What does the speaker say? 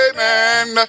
Amen